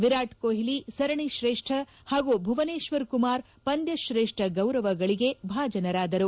ವಿರಾಟ್ ಕೊಹ್ಲಿ ಸರಣಿಶ್ರೇಷ್ಣ ಹಾಗೂ ಭುವನೇಶ್ವರ್ ಕುಮಾರ್ ಪಂದ್ಯಶ್ರೇಷ್ಣ ಗೌರವಗಳಿಗೆ ಭಾಜನರಾದರು